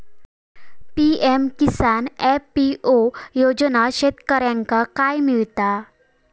PM Kisan FPO योजनाच्यात शेतकऱ्यांका काय मिळता?